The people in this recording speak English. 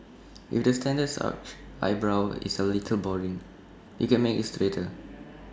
if the standard arched eyebrow is A little boring you can make IT straighter